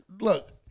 Look